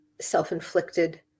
self-inflicted